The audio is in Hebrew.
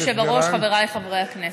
אדוני היושב-ראש, חבריי חברי הכנסת,